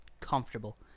comfortable